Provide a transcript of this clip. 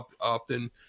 often